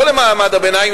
לא למעמד הביניים,